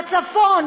בצפון,